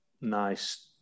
nice